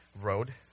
road